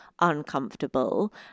uncomfortable